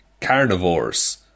carnivores